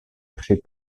při